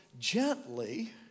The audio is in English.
Gently